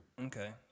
Okay